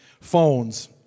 Phones